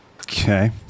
Okay